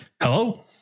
Hello